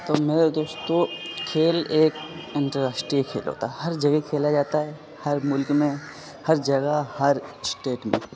تو میرے دوستو کھیل ایک انترراشٹریہ کھیل ہوتا ہے ہر جگہ کھیلا جاتا ہے ہر ملک میں ہر جگہ ہر اسٹیٹ میں